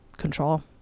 control